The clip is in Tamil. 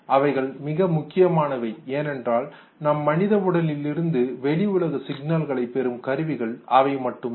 அவைகள் மிக முக்கியமானவை ஏனென்றால் நம் மனித உடலில் இருந்து வெளி உலக சிக்னல்களை பெறும் கருவிகள் அவை மட்டும்தான்